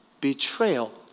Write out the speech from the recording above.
betrayal